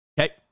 Okay